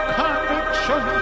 conviction